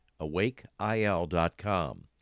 awakeil.com